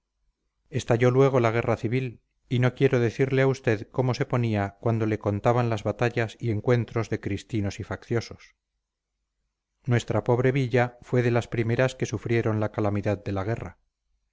peligrosas estalló luego la guerra civil y no quiero decirle a usted cómo se ponía cuando le contaban las batallas y encuentros de cristinos y facciosos nuestra pobre villa fue de las primeras que sufrieron la calamidad de la guerra